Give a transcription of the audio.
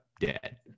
dead